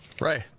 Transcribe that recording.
Right